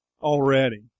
already